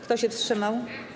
Kto się wstrzymał?